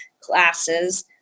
classes